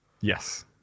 Yes